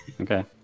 okay